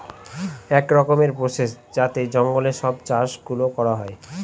এক রকমের প্রসেস যাতে জঙ্গলে সব চাষ গুলো করা হয়